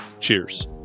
cheers